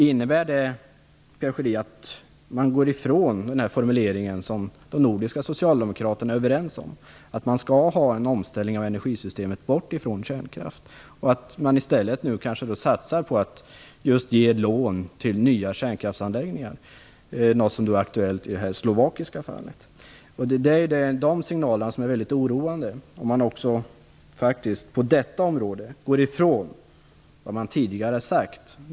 Innebär det, Pierre Schori, att man går ifrån den formulering som de nordiska socialdemokraterna är överens om, dvs. att det skall ske en omställning av energisystemet bort ifrån kärnkraft? Satsar man nu i stället på att ge lån till nya kärnkraftsanläggningar, något som är aktuellt i det slovakiska fallet? Signalerna om att man på detta område går ifrån det man tidigare sagt är väldigt oroande.